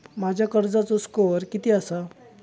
माझ्या कर्जाचो स्कोअर किती आसा?